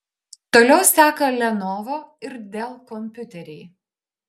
toliau seka lenovo ir dell kompiuteriai